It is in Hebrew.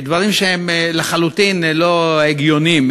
דברים שהם לחלוטין לא הגיוניים.